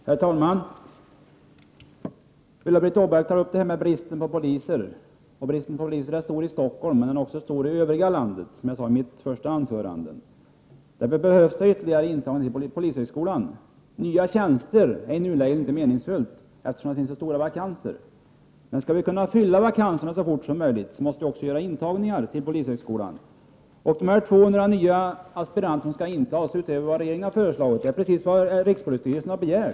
Herr talman! Ulla-Britt Åbark tog upp frågan om bristen på poliser. Bristen är stor i Stockholm, men den är också, som jag sade i mitt första anförande, stor i den övriga delen i landet. Därför behövs det en ökning av intagningen vid polishögskolan. Nya tjänster är i nuläget inte meningsfulla, eftersom det finns så stora vakanser. Men vill vi fylla vakanserna så snart som möjligt, måste vi också ta in flera vid polishögskolan. De ytterligare 200 aspiranter som vi föreslår är just vad rikspolisstyrelsen har begärt.